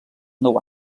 nou